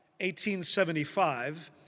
1875